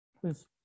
Please